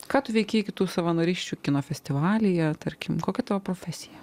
ką tu veikei iki tų savanorysčių kino festivalyje tarkim kokia tavo profesija